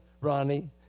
Ronnie